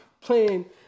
playing